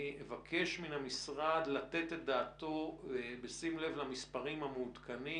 אני אבקש מהמשרד לתת את דעתו בשים לב למספרים המעודכנים